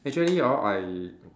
actually hor I